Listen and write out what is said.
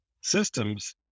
systems